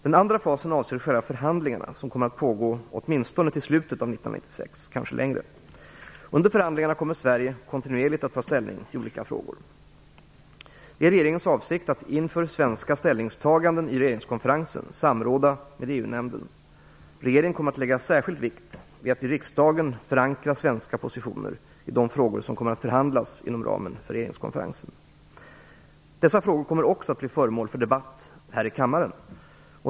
Den andra fasen avser själva förhandlingarna som kommer att pågå åtminstone till slutet av 1996, kanske längre. Under förhandlingarna kommer Sverige att kontinuerligt att ta ställning i olika frågor. Det är regeringens avsikt att inför svenska ställningstaganden i regeringskonferensen samråda med EU-nämnden. Regeringen kommer att lägga särskild vikt vid att i riksdagen förankra svenska positioner i de frågor som kommer att förhandlas inom ramen för regeringskonferensen. Dessa frågor kommer också att bli föremål för debatt här i kammaren.